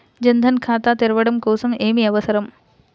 జన్ ధన్ ఖాతా తెరవడం కోసం ఏమి అవసరం?